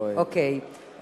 אוקיי,